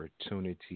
Opportunity